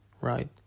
right